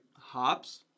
Hops